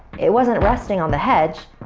it wasn't resting on the hedge,